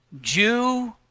Jew